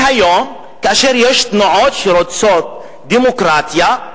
והיום, כאשר יש תנועות שרוצות דמוקרטיה,